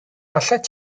allet